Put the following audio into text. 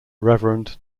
reverend